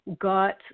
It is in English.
got